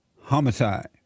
homicide